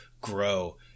grow